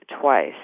Twice